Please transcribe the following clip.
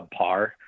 subpar